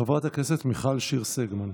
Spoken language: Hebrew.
חברת הכנסת מיכל שיר סגמן.